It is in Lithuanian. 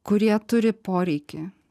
kurie turi poreikį